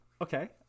Okay